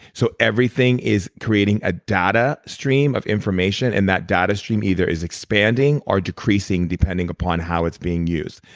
so everything is creating a data stream of information and that data stream either is expanding or decreasing depending upon how it's being used.